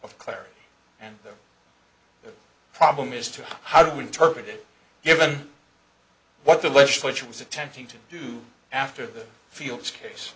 of clarity and problem as to how to interpret it given what the legislature was attempting to do after the fields case